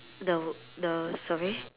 the the sorry